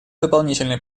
дополнительной